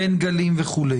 בין גלים וכו'.